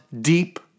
deep